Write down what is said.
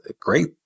great